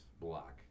block